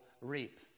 reap